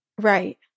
Right